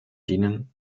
denen